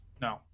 No